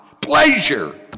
pleasure